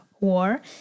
war